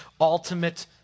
ultimate